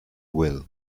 will